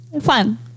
fun